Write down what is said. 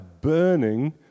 burning